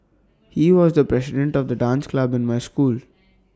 he was the president of the dance club in my school